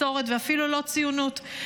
מסורת ואפילו לא ציונות,